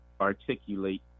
articulate